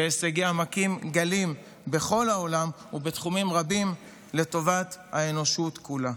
והישגיה מכים גלים בכל העולם ובתחומים רבים לטובת האנושות כולה.